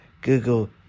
Google